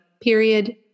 period